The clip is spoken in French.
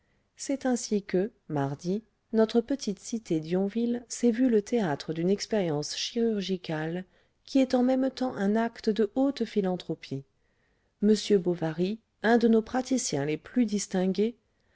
c'est ainsi que mardi notre petite cité d'yonville s'est vue le théâtre d'une expérience chirurgicale qui est en même temps un acte de haute philanthropie m bovary un de nos praticiens les plus distingués